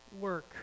work